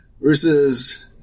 versus